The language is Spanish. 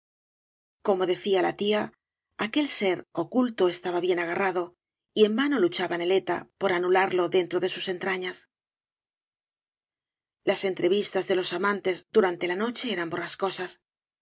como decía la tía aquel ser oculto estaba bien agarrado y en vano luchaba neleta por anularlo dentro da sus entrañas las entrevistas de los amantes durante la no che